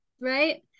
right